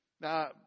now